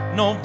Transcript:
no